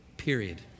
period